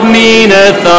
meaneth